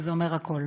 וזה אומר הכול.